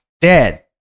dead